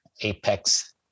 apex